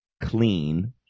clean